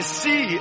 see